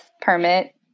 permit